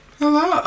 hello